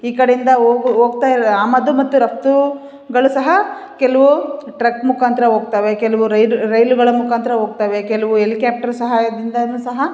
ಈ ಕಡೆಯಿಂದ ಹೋಗು ಹೋಗ್ತ ಇರ ಆಮದು ಮತ್ತೆ ರಫ್ತು ಗಳು ಸಹ ಕೆಲವು ಟ್ರಕ್ ಮುಖಾಂತರ ಹೋಗ್ತವೆ ಕೆಲುವು ರೈಲುಗಳ ಮುಖಾಂತರ ಹೋಗ್ತವೆ ಕೆಲವು ಎಲಿಕ್ಯಾಪ್ಟ್ರ್ ಸಹಾಯದಿಂದ ಸಹ